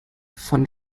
von